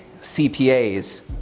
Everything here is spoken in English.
CPAs